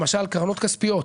למשל קרנות כספיות.